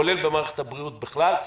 כולל במערכת הבריאות בכלל,